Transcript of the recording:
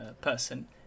person